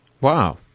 Wow